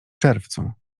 czerwcu